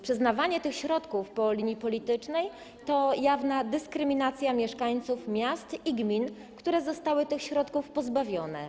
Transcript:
Przyznawanie tych środków według linii politycznej to jawna dyskryminacja mieszkańców miast i gmin, które zostały tych środków pozbawione.